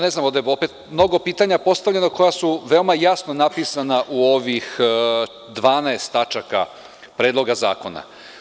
Ne znam, ovde je opet mnogo pitanja postavljeno, koja su veoma jasno napisana u ovih 12 tačaka Predloga zakona.